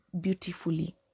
beautifully